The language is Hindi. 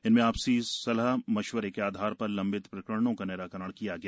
इनमें आपसी सुलह मशविरे के आधार पर लम्बित प्रकरणों का निराकरण किया गया